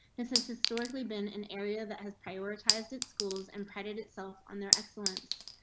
this is historically been an area that has prioritized at schools. impedit itself on their excellence.